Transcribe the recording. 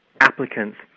applicants